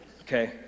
Okay